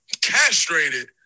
castrated